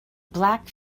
black